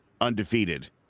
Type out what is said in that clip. undefeated